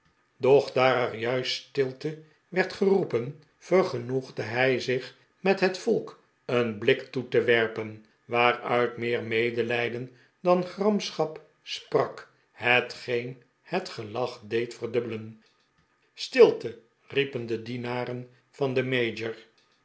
doch daar er juist stilte werd geroepen vergenoegde hij zich met het volk een blik toe te werpen waaruit meer medelijden dan gramschap sprak hetgeen het gelach deed verdubbelen stilte riepen de dienaren van den mayor